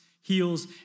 heals